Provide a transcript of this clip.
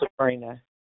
Sabrina